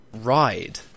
ride